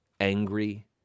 angry